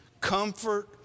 comfort